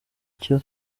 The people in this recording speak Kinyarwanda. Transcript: icyo